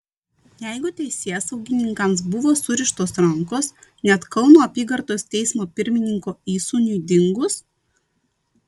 jeigu teisėsaugininkams buvo surištos rankos net kauno apygardos teismo pirmininko įsūniui dingus